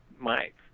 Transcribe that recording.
Mike